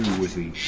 with the.